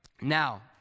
Now